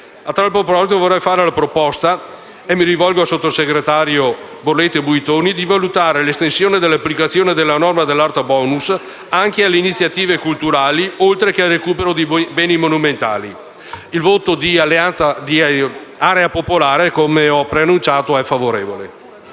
A tal proposito vorrei fare la proposta - e mi rivolgo al sottosegretario Borletti Dell'Acqua - di valutare l'estensione dell'applicazione della norma dell'*art bonus* anche alle iniziative culturali oltre che al recupero di beni monumentali. Il voto di Area Popolare, come preannunciato, sarà favorevole.